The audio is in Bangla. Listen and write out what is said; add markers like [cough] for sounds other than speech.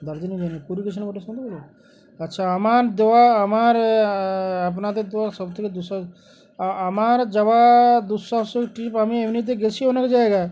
দার্জিলিং [unintelligible] বটে শুনতে বলো আচ্ছা আমার দেওয়া আমার আপনাদের দেওয়া সব থেকে দুশো আমার যাওয়া দুঃসাহসিক ট্রিপ আমি এমনিতে গেছি অনেক জায়গায়